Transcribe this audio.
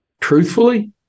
truthfully